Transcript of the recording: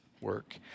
work